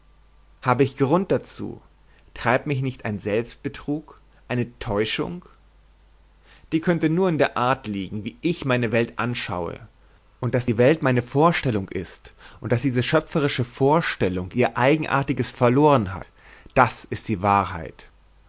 habe ich grund dazu treibt mich nicht ein selbstbetrug eine täuschung die könnte nur in der art liegen wie ich meine welt anschaue und daß die welt meine vorstellung ist und daß diese schöpferische vorstellung ihr eigenartiges verloren hat das ist die wahrheit